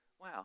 wow